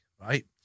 Right